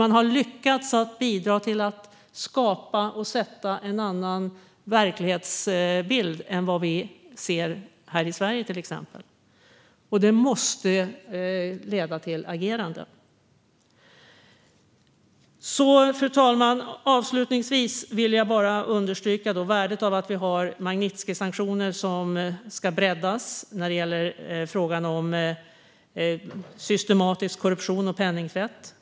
Man har lyckats bidra till att skapa och sätta en annan verklighetsbild än den som till exempel vi här i Sverige ser, och det måste leda till agerande. Fru talman! Avslutningsvis vill jag understryka värdet av att vi har Magnitskijsanktioner som ska breddas när det gäller frågan om systematisk korruption och penningtvätt.